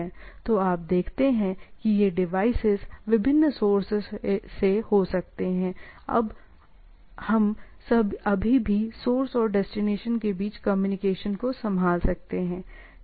तो आप देखते हैं कि ये डिवाइसेज विभिन्न सोर्स से हो सकते हैं हम अभी भी सोर्स और डेस्टिनेशन के बीच कम्युनिकेशन को संभाल सकते हैं ठीक है